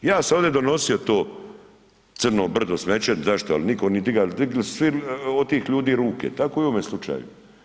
Ja sam ovdje donosio to crno brdo smeće, zašto, ali nitko nije diga, digli su svi od tih ljudi ruke, tako i ovome slučaju.